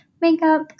makeup